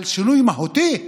על שינוי מהותי,